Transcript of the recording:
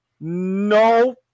no